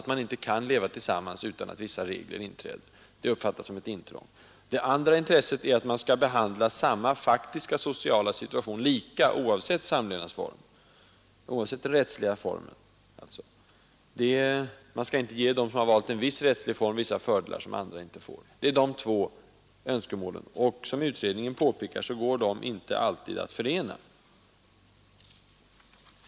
Att man inte kan leva tillsammans utan att vissa regler blir tillämpliga, uppfattas som ett tvång. Det andra intresset är att man skall behandla samma faktiska sociala situation lika, oavsett den rättsliga formen. Man skall inte ge dem som valt en viss rättslig form några fördelar som andra inte får. Det är de två önskemålen, och som utredningen påpekar går de inte alltid att förena.